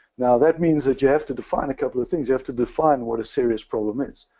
now that means that you have to define a couple of things. you have to define what a serious problem is.